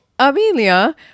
Amelia